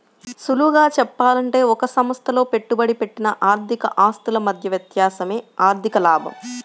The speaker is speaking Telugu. సులువుగా చెప్పాలంటే ఒక సంస్థలో పెట్టుబడి పెట్టిన ఆర్థిక ఆస్తుల మధ్య వ్యత్యాసమే ఆర్ధిక లాభం